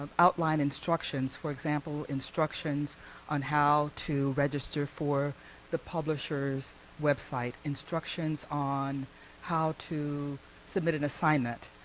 um outline instructions, for example, instructions on how to register for the publisher's website, instructions on how to submit an assignment,